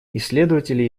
исследователи